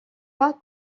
pas